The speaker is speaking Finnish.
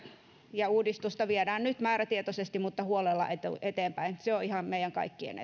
ja uudistusta viedään nyt määrätietoisesti mutta huolella eteenpäin se on ihan meidän kaikkien